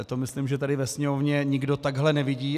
To myslím, že tady ve sněmovně nikdo takhle nevidí.